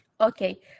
Okay